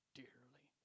dearly